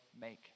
make